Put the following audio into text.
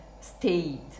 state